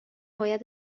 باید